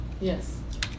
Yes